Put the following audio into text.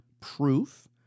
proof